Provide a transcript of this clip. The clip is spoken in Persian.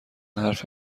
حرف